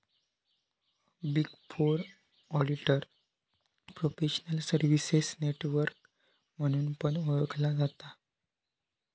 big four auditor professional services network म्हणून पण ओळखला जाता